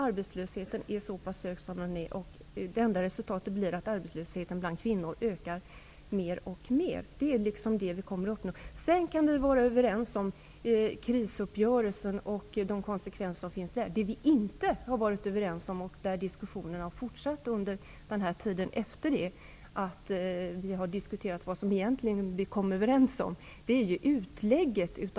Arbetslösheten är så pass hög, och det enda resultat en sådan neddragning skulle få är att arbetslösheten bland kvinnor ökar. Vi kan vara överens om krisuppgörelsen i sig och konsekvenserna av den, men vi är inte överens om utlägget av besparingarna. Det diskuteras fortfarande när vi är inne på vad vi egentligen kom överens om.